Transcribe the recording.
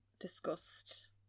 discussed